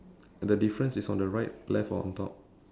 the difference is on the right left or on top